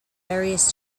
various